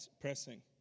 Pressing